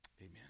amen